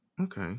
Okay